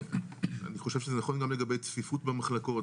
אני חושב שזה נכון גם לגבי צפיפות במחלקות,